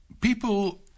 People